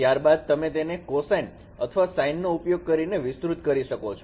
ત્યારબાદ તમે તેમને cosine અથવા sine નો ઉપયોગ કરીને વિસ્તૃત કરી શકો છો